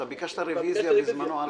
אתה ביקשת רביזיה על הכול בזמנו.